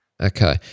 Okay